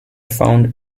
found